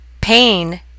pain